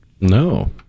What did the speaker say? No